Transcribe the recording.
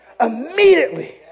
Immediately